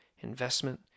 investment